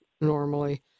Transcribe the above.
normally